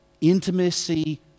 intimacy